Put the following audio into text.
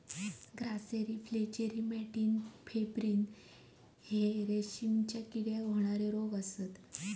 grasserie flacherie मॅटिन मॅटिन pebrine इत्यादी रेशीमच्या किड्याक होणारे रोग असत